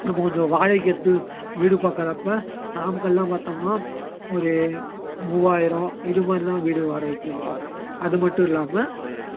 நம்ம கொஞ்சம் வாடகை எடுத்து வீடு பாக்கிறப்ப நாமக்கல்லலாம் பார்த்தோம்னா ஒரு மூவாயிரம் இதுமாதிரிலாம் வீடு வாடகைக்கு இருக்கும் அதுமட்டும் இல்லாமல்